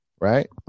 right